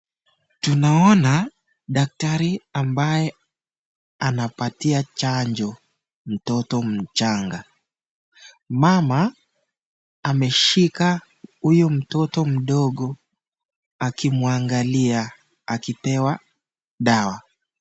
Tunaona daktari ambaye anapatia chanjo mtoto mchanga, mama ameshika huyu mtoto mndogo akimwangalia akipewa dawa.